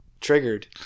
triggered